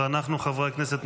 חברי הכנסת,